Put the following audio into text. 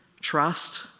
trust